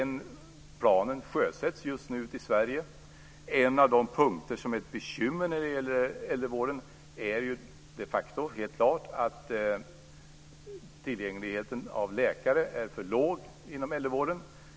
Den planen sjösätts just nu ute i Sverige. En av de punkter som är ett bekymmer när det gäller äldrevården är ju de facto helt klart att tillgängligheten i fråga om läkare är för låg inom äldrevården.